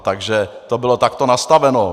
Takže to bylo takto nastaveno.